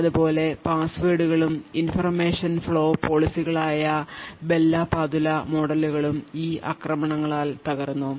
അതുപോലെ പാസ്വേഡുകളും information flow policy കളായ ബെൽ ലാ പദുല മോഡലുകളും ഈ ആക്രമണങ്ങളാൽ തകർന്നു